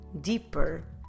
deeper